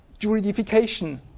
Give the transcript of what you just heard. juridification